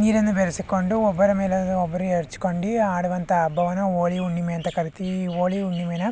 ನೀರನ್ನು ಬೆರೆಸಿಕೊಂಡು ಒಬ್ಬರ ಮೇಲೆ ಒಬ್ಬರು ಎರ್ಚ್ಕೊಂಡು ಆಡುವಂಥ ಹಬ್ಬವನ್ನು ಹೋಳಿ ಹುಣ್ಣಿಮೆ ಅಂತ ಕರಿತೀವಿ ಈ ಹೋಳಿ ಹುಣ್ಣಿಮೆನ